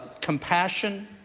compassion